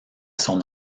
son